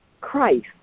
Christ